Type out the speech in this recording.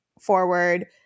forward